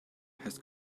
has